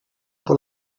per